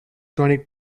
chronic